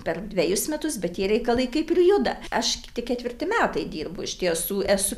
per dvejus metus bet tie reikalai kaip ir juda aš tik ketvirti metai dirbu iš tiesų esu